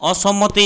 অসম্মতি